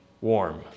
warm